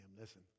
Listen